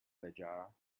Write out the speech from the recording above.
lekrjahre